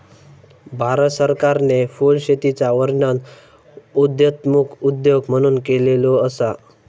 भारत सरकारने फुलशेतीचा वर्णन उदयोन्मुख उद्योग म्हणून केलेलो असा